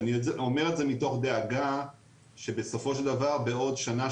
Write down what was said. ואני אומר את זה מתוך דאגה שבסופו של דבר בעוד שנה,